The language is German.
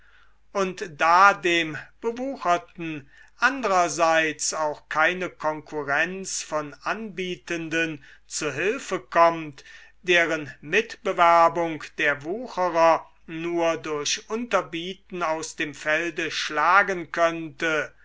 und da dem bewucherten andrerseits auch keine konkurrenz von anbietenden zu hilfe kommt deren mitbewerbung der wucherer nur durch unterbieten aus dem felde schlagen könnte